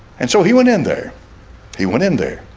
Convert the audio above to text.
and so he went in there he went in there